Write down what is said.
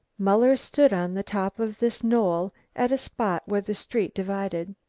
muller stood on the top of this knoll at a spot where the street divided.